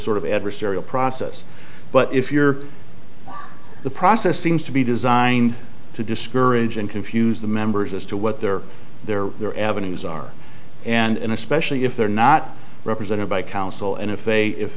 sort of adversarial process but if you're the process seems to be designed to discourage and confuse the members as to what they're there they're avenues are and especially if they're not represented by counsel and if they if